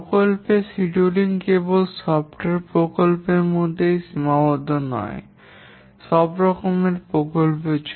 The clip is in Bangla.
প্রকল্পের সিডিউল কেবল সফ্টওয়্যার প্রকল্পের মধ্যেই সীমাবদ্ধ নয় সব ধরণের প্রকল্পের জন্য